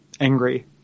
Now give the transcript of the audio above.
angry